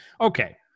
Okay